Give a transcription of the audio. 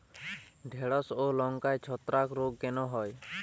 ঢ্যেড়স ও লঙ্কায় ছত্রাক রোগ কেন হয়?